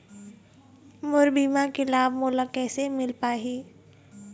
मोर बीमा के लाभ मोला कैसे मिल पाही?